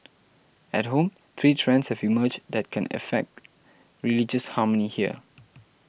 at home three trends have emerged that can affect religious harmony here